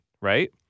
Right